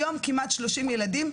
היום כמעט 30 ילדים,